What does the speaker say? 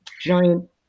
giant